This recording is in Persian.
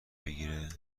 بگیره